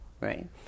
Right